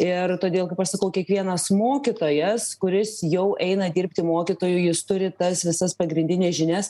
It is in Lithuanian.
ir todėl kaip aš sakau kiekvienas mokytojas kuris jau eina dirbti mokytoju jis turi tas visas pagrindines žinias